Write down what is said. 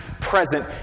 present